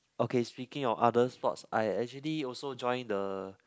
okay speaking of other sports I actually also join the